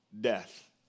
death